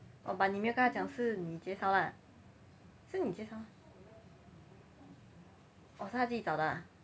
oh but 你没有跟她讲是你介绍啦是你介绍 orh 是他自己找的啊